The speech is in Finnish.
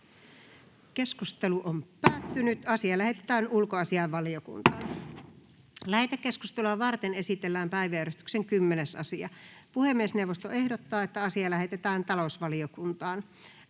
järjestelmä on tässä suhteessa toiminut hyvin. Lähetekeskustelua varten esitellään päiväjärjestyksen 18. asia. Puhemiesneuvosto ehdottaa, että asia lähetetään lakivaliokuntaan.